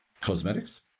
cosmetics